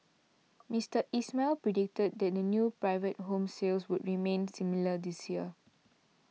Mister Ismail predicted that new private home sales would remain similar this year